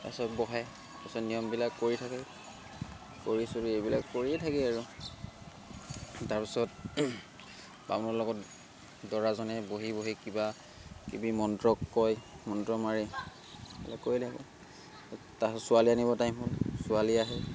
তাৰপিছত বহে তাৰপিছত নিয়মবিলাক কৰি থাকে কৰি চবেই এইবিলাক কৰিয়ে থাকে আৰু তাৰপিছত বামুণৰ লগত দৰাজনে বহি বহি কিবাকিবি মন্ত্ৰ কয় মন্ত্ৰ মাৰি কৈ থাকে তাৰপিছত ছোৱালী আনিব টাইম হ'ল ছোৱালী আহে